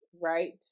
right